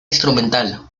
instrumental